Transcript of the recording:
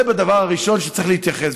זה הדבר הראשון שצריך להתייחס,